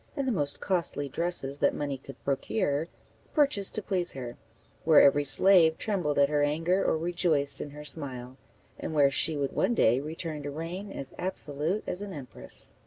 and the most costly dresses that money could procure purchased to please her where every slave trembled at her anger, or rejoiced in her smile and where she would one day return to reign as absolute as an empress.